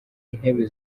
intebe